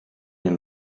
and